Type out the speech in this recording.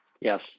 Yes